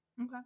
Okay